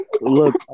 Look